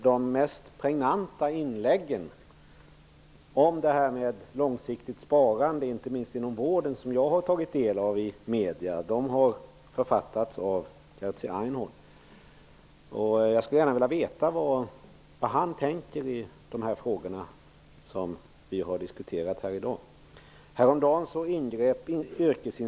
De mest pregnanta inläggen om långsiktigt sparande, inte minst inom vården, som jag har tagit del av i medierna har författats av Jerzy Einhorn. Jag skulle gärna vilja veta vad han tänker i de frågor som vi har diskuterat här i dag.